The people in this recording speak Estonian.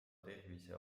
tervise